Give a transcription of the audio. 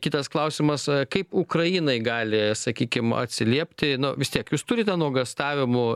kitas klausimas kaip ukrainai gali sakykim atsiliepti nu vis tiek jūs turite nuogąstavimų